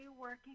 working